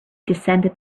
descended